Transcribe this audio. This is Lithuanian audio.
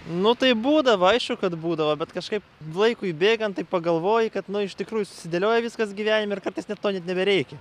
nu tai būdavo aišku kad būdavo bet kažkaip laikui bėgant tai pagalvoji kad nu iš tikrųjų susidėlioja viskas gyvenime ir kartais net to net nebereikia